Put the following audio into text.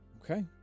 Okay